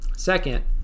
second